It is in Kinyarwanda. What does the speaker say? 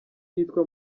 yitwa